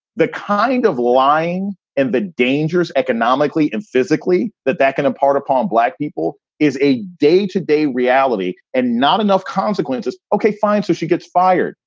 the kind of lying and the dangerous economically and physically that that kind of part upon black people is a day to day reality and not enough consequences. ok, fine. so she gets fired.